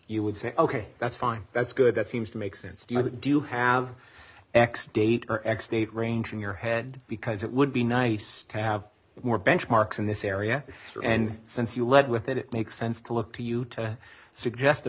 you would say ok that's fine that's good that seems to make sense to me but do you have x date or x date range in your head because it would be nice to have more benchmarks in this area and since you lead with it it makes sense to look to you to suggest